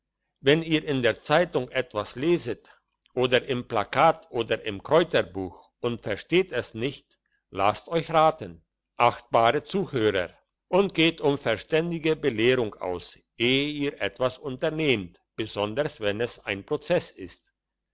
wenn ihr in der zeitung etwas leset oder im plakat oder im kräuterbuch und versteht es nicht lasst euch raten achtbare zuhörer und geht um verständige belehrung aus ehe ihr etwas unternehmet besonders wenn es ein prozess ist